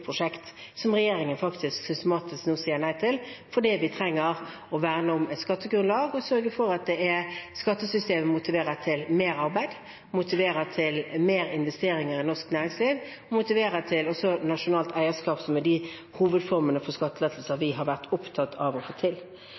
prosjekt. Det er noe regjeringen nå systematisk sier nei til fordi vi trenger å verne om et skattegrunnlag og sørge for at skattesystemet motiverer til mer arbeid, motiverer til mer investeringer i norsk næringsliv og også motiverer til nasjonalt eierskap – som er de hovedformene for skattelettelser vi har vært opptatt av å få til.